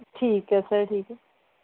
ਠੀਕ ਹੈ ਸਰ ਠੀਕ